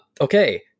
Okay